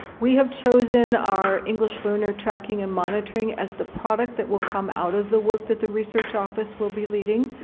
we have chosen our english learner tracking and monitoring as the product that will come out of the work that the research office will be leading.